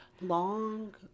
Long